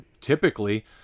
typically